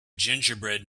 gingerbread